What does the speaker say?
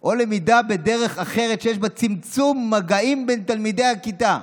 או למידה בדרך אחרת שיש בה צמצום מגעים בין תלמידי הכיתה,